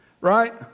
right